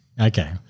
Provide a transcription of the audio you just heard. Okay